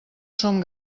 som